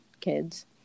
kids